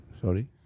Sorry